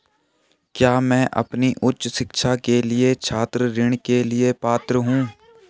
क्या मैं अपनी उच्च शिक्षा के लिए छात्र ऋण के लिए पात्र हूँ?